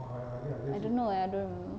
I don't know eh I don't remember